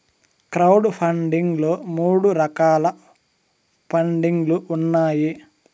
crowd funding లో మూడు రకాల పండింగ్ లు ఉన్నాయి